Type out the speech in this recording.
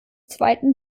zweiten